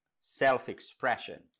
self-expression